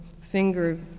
finger